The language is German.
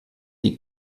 die